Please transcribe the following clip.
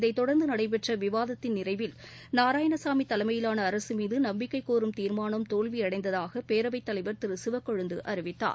இதைத் தொடர்ந்து நடைபெற்ற விவாதத்தின் நிறைவில் நாராயணசாமி தலைமையிவான அரசு மீது நம்பிக்கை கோரும் தீர்மானம் தோல்வியடைந்ததாக பேரவைத் தலைவர் திரு சிவக்கொழுந்து அறிவித்தார்